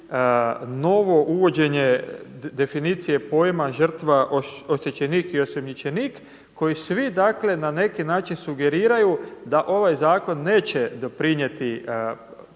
novo uvođenje definicije pojma žrtva, oštećenik i osumnjičenik kojoj svi dakle na neki način sugeriraju da ovaj zakon neće doprinijeti